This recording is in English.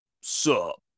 Sup